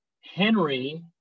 Henry